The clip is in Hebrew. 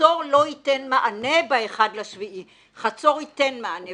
- חצור לא ייתן מענה ב-1 ליולי, חצור ייתן מענה.